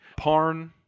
Parn